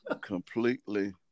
Completely